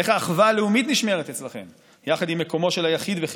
איך האחווה הלאומית נשמרת אצלכם יחד עם מקומו של היחיד וחירותו?